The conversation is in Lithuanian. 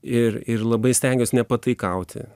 ir ir labai stengiuos nepataikauti